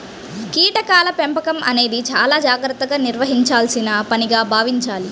కీటకాల పెంపకం అనేది చాలా జాగర్తగా నిర్వహించాల్సిన పనిగా భావించాలి